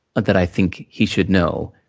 but that i think he should know,